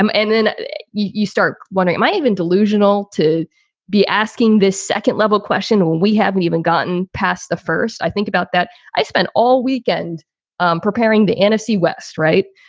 um and then you start one. it might even delusional to be asking this second level question. well, we haven't even gotten past the first, i think about that. i spent all weekend um preparing the nfc west. right.